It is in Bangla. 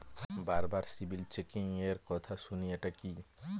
বারবার সিবিল চেকিংএর কথা শুনি এটা কি?